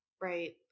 Right